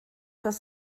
das